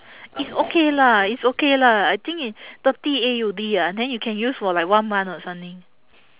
it's okay lah it's okay lah I think i~ thirty A_U_D ah then you can use for like one month or something